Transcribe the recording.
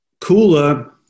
Cooler